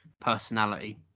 personality